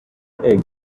egg